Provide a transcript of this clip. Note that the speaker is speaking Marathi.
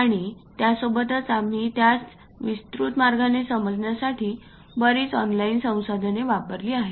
आणि त्यासोबतच आम्ही त्यास विस्तृत मार्गाने समजावण्यासाठी बरीच ऑनलाइन संसाधने वापरली आहेत